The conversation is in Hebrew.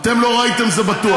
אתם לא ראיתם, זה בטוח.